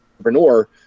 entrepreneur